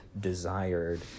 desired